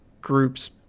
groups